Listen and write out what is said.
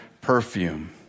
perfume